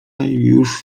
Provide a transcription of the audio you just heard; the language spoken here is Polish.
już